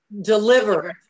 Deliver